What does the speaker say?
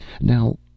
Now